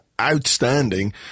outstanding